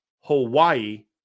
Hawaii